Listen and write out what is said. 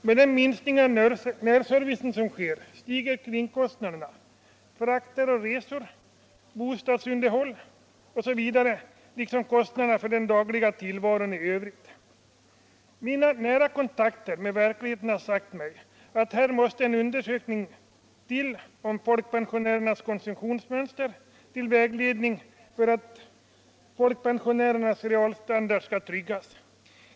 Med den minskning av närservicen som sker stiger kringkostnader, frakter, resor, bostadsunderhåll osv., liksom också kostnaderna för den dagliga tillvaron i övrigt. Mina nära kontakter med verkligheten har sagt mig att här måste en undersökning göras om folkpensionärernas konsumtionsmönster, till vägledning och för att folkpensionärernas realstandard skall kunna tryggas.